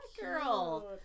girl